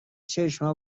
چشمها